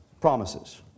promises